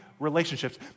relationships